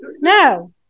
No